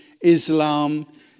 Islam